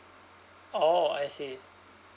oh I see